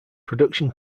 production